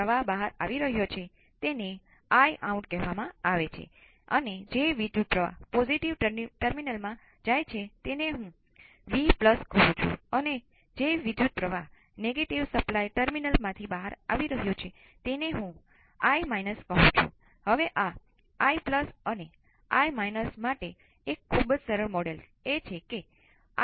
ડાબા હાથની બાજુ બરાબર છે વિકલન સમીકરણના એકરૂપ tRC છે જે Vc માટેનો એકરૂપ ઉકેલ છે